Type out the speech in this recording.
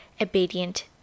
obedient